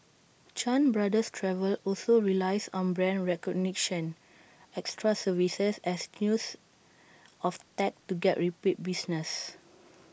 chan brothers travel also relies on brand recognition extra services as use of tech to get repeat business